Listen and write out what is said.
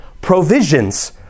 provisions